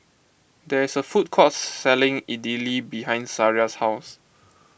there is a food court selling Idili behind Sariah's house